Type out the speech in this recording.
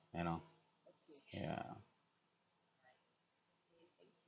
you know yeah